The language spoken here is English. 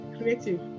creative